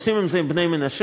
עושים את זה עם בני המנשה.